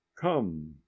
come